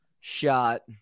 shot